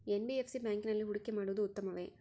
NBFC ಬ್ಯಾಂಕಿನಲ್ಲಿ ಹೂಡಿಕೆ ಮಾಡುವುದು ಉತ್ತಮವೆ?